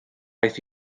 aeth